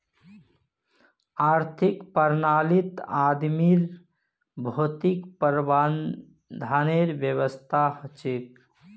आर्थिक प्रणालीत आदमीर भौतिक प्रावधानेर व्यवस्था हछेक